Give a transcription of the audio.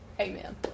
Amen